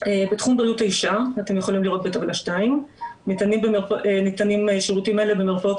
בתחום בריאות האישה (טבלה 2) ניתנים שירותים אלה במרפאות